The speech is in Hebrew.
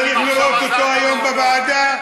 היית צריך לראות אותו היום בוועדה.